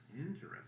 Interesting